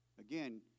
Again